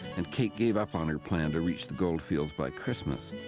and kate gave up on her plan to reach the goldfields by christmas.